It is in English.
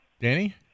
Danny